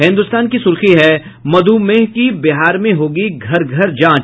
हिन्दुस्तान की सुर्खी है मधुमेह की बिहार में होगी घर घर जांच